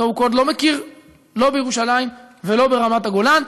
so called, לא מכיר לא בירושלים ולא ברמת-הגולן.